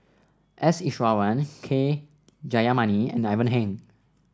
S Iswaran K Jayamani and Ivan Heng